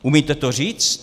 Umíte to říct?